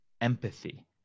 empathy